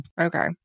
Okay